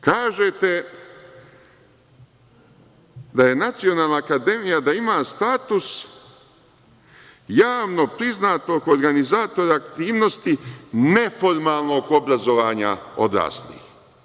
Kažete da Nacionalna akademija ima status javno priznatog organizatora aktivnosti neformalnog obrazovanja odraslih.